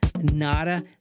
Nada